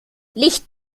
licht